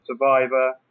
Survivor